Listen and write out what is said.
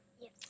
Yes